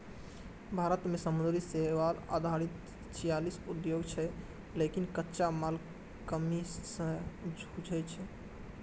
भारत मे समुद्री शैवाल आधारित छियालीस उद्योग छै, लेकिन कच्चा मालक कमी सं जूझै छै